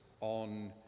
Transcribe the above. on